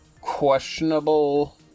questionable